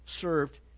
served